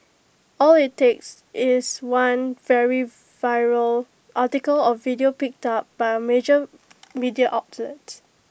all IT takes is one very viral article or video picked up by A major media outlet